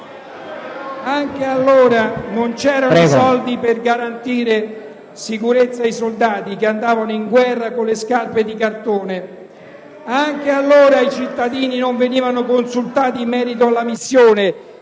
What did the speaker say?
Anche allora non c'erano i soldi per garantire sicurezza ai soldati, che andavano in guerra con le scarpe di cartone. Anche allora i cittadini non venivano consultati in merito alla missione,